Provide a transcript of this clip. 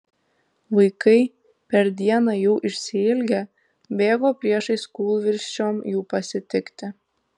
vaikai per dieną jų išsiilgę bėgo priešais kūlvirsčiom jų pasitikti